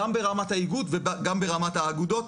גם ברמת האיגוד וגם ברמת האגודות.